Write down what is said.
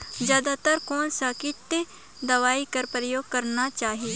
जादा तर कोन स किट दवाई कर प्रयोग करना चाही?